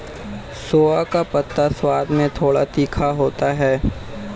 सोआ का पत्ता स्वाद में थोड़ा तीखा होता है